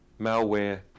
malware